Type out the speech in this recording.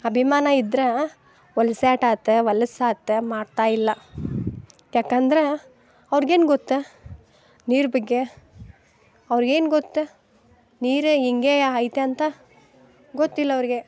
ಅಭಿಮಾನ ಇದ್ರೆ ವಲ್ಸ್ಯಾಟ್ ಆತು ವಲಸ್ಸಾತ್ ಮಾಡ್ತಾಯಿಲ್ಲ ಯಾಕಂದ್ರೆ ಅವ್ರ್ಗೇನು ಗೊತ್ತಾ ನೀರು ಬಗ್ಗೆ ಅವ್ರ್ಗೇನು ಗೊತ್ತು ನೀರೆ ಇಂಗೇಯ ಐತೆ ಅಂತ ಗೊತ್ತಿಲ್ಲ ಅವ್ರಿಗೆ